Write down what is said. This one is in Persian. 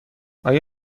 آیا